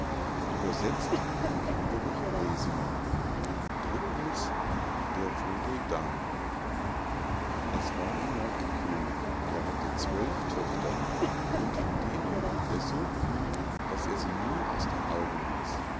der vogel dam es war einmal ein könig der hatte zwölf töchter und von denen hielt er so viel daß er sie nie aus den augen ließ